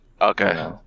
Okay